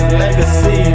legacy